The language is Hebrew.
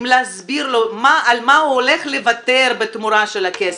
עם להסביר לו על מה הוא הולך לוותר בתמורה לכסף.